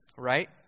Right